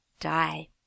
die